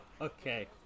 okay